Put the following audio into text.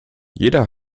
jeder